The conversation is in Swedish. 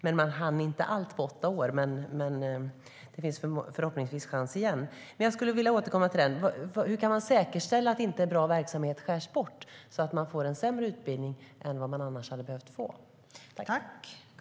Vi hann inte med allt på åtta år. Men det kommer förhoppningsvis en chans igen.